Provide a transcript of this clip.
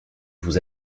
vous